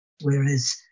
whereas